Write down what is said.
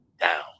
down